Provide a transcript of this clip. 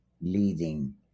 leading